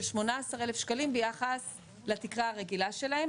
18,000 שקלים ביחס לתקרה הרגילה שלהם.